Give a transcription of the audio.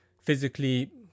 Physically